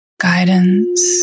guidance